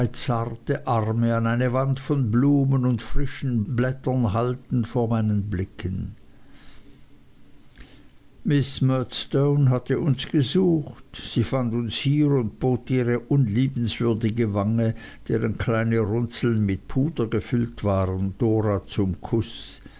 zarte arme an eine wand von blumen und frischen blättern halten vor meinen blicken miß murdstone hatte uns gesucht sie fand uns hier und bot ihre unliebenswürdige wange deren kleine runzeln mit puder gefüllt waren dora zum kuß